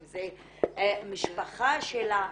אם זה המשפחה שלה,